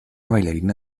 bailarina